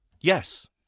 Yes